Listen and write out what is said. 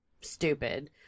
stupid